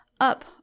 up